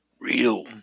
real